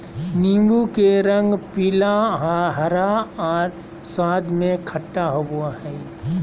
नीबू के रंग पीला, हरा और स्वाद में खट्टा होबो हइ